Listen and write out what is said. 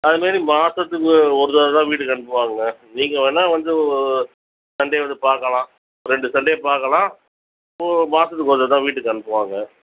அதுமாரி மாதத்துக்கு ஒரு ஒரு தடவைதான் வீட்டுக்கு அனுப்புவாங்கங்க நீங்கள் வேணா வந்து சண்டே வந்து பார்க்கலாம் ரெண்டு சண்டே பார்க்கலாம் இப்போ மாதத்துக்கு ஒரு தடவை வீட்டுக்கு அனுப்புவாங்க